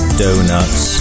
donuts